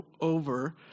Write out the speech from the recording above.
over